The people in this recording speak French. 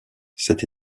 cette